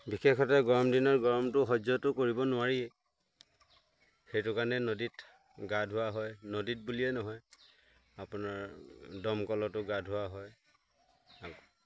বিশেষকৈ গৰম দিনৰ গৰমটো সহ্যটো কৰিব নোৱাৰিয়েই সেইটো কাৰণে নদীত গা ধোৱা হয় নদীত বুলিয়েই নহয় আপোনাৰ দমকলতো গা ধোৱা হয়